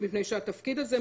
מפני שהתפקיד הזה,